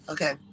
Okay